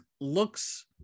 looks